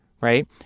Right